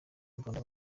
imbunda